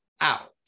out